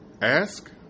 Ask